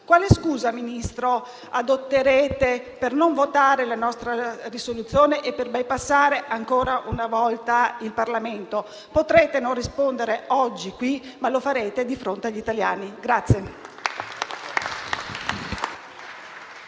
signor Ministro, per non votare la nostra risoluzione e per bypassare ancora una volta il Parlamento? Potrete non rispondere oggi qui, ma lo farete di fronte agli italiani.